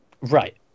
Right